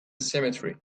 cemetery